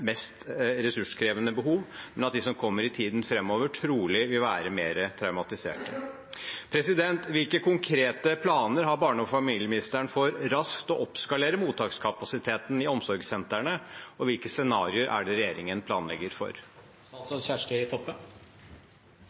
mest ressurskrevende behov, men at de som kommer i tiden framover, trolig vil være mer traumatiserte. Hvilke konkrete planer har barne- og familieministeren for raskt å oppskalere mottakskapasiteten i omsorgssentrene, og hvilke scenarier er det regjeringen planlegger for?